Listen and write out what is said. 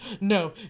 no